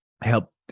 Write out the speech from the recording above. help